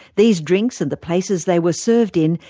these drinks and the places they were served in,